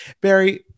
Barry